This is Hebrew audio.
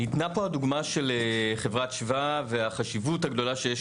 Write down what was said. ניתנה פה הדוגמה של חברת שבא והחשיבות הגדולה שיש